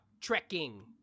trekking